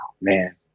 man